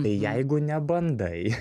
tai jeigu nebandai